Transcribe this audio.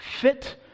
fit